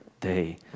day